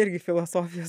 irgi filosofijos